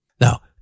Now